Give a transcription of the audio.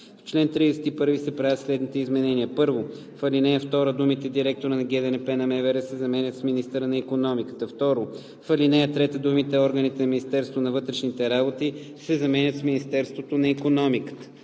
В чл. 31 се правят следните изменения: 1. В ал. 2 думите „директора на ГДНП на МВР“ се заменят с „министъра на икономиката“. 2. В ал. 3 думите „органите на Министерството на вътрешните работи“ се заменят с „Министерството на икономиката“.